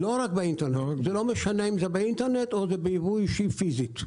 לא רק באינטרנט; זה לא משנה אם זה באינטרנט או בייבוא אישי פיזית.